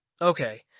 Okay